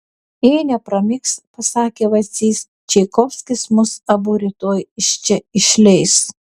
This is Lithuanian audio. jei nepramigs pasakė vacys čaikovskis mus abu rytoj iš čia išleis